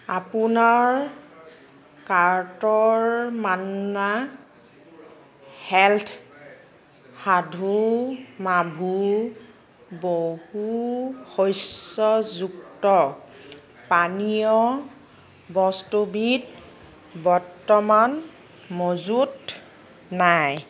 আপোনাৰ কাৰ্টৰ Manna health Saathu Maavu বহু শস্যযুক্ত পানীয় বস্তুবিধ বৰ্তমান মজুত নাই